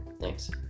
Thanks